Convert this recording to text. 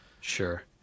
sure